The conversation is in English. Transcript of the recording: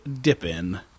dipping